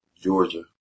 Georgia